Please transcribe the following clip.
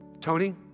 Tony